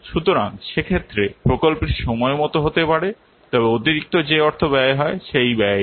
সুতরাং সেক্ষেত্রে প্রকল্পটি সময়মতো হতে পারে তবে অতিরিক্ত যে অর্থ ব্যয় হয় সেই ব্যয়েই